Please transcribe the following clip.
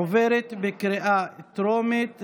עוברת בקריאה טרומית.